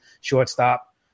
shortstop